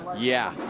yeah.